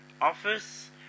office